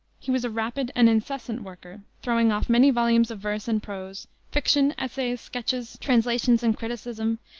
he was a rapid and incessant worker, throwing off many volumes of verse and prose, fiction, essays, sketches, translations and criticism,